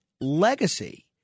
legacy